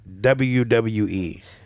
WWE